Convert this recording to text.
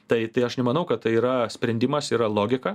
tai tai aš nemanau kad tai yra sprendimas yra logika